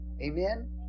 Amen